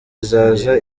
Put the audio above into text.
izaza